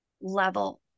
level